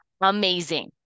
amazing